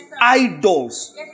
Idols